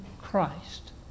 Christ